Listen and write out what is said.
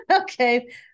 Okay